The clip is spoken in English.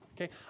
Okay